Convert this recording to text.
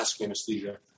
anesthesia